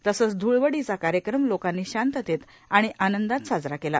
तसंच ध्ळवडीचा कार्यक्रम लोकांनी शांततेत आणि आनंदात साजरा केला